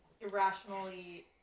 irrationally